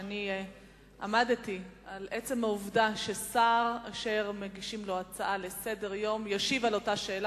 עמדתי על הצורך ששר אשר מגישים לו הצעה לסדר-יום ישיב עליה,